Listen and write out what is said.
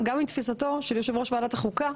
יושב ראש ועדת החוקה,